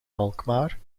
alkmaar